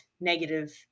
negative